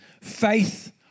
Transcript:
Faith